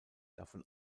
davon